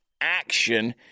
Action